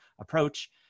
approach